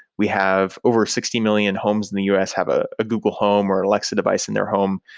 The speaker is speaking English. we have over sixty million homes in the u s. have a ah google home or alexa device in their home.